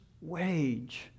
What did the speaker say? wage